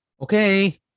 Okay